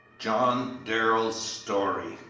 john darrell's story